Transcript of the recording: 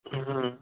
হুম